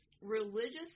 religious